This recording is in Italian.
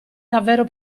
davvero